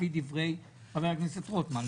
לפי דברי חבר הכנסת רוטמן.